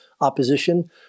opposition